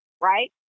right